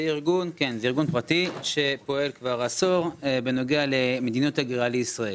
זה ארגון פרטי שפועל כבר עשור בנוגע למדיניות הגירה לישראל.